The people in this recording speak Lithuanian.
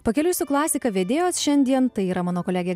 pakeliui su klasika vedėjos šiandien tai yra mano kolegė